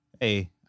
Hey